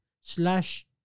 slash